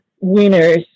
winners